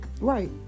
Right